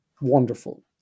wonderful